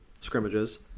scrimmages